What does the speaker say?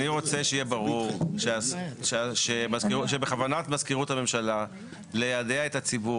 אני רוצה שיהיה ברור שבכוונת מזכירות הממשלה ליידע את הציבור